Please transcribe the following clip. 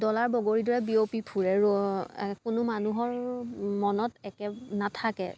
dollar বগৰীৰ দৰে বিয়পি ফুৰে ৰ কোনো মানুহৰ মনত একে নাথাকে